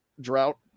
drought